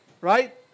Right